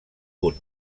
punt